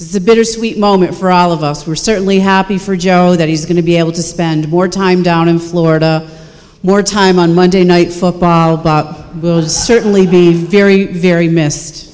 are sweet moment for all of us were certainly happy for joe that he's going to be able to spend more time down in florida more time on monday night football will certainly be very very miss